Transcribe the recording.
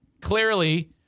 clearly